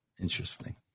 Interesting